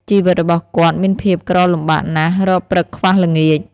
ជីវិតរបស់គាត់មានភាពក្រលំបាកណាស់ រកព្រឹកខ្វះល្ងាច។